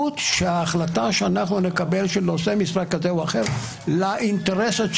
בזה נגמר האירוע.